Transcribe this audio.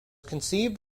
conceived